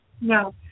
No